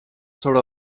sobre